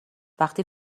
وقتی